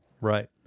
right